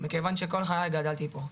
מכיוון שכל חיי גדלתי פה,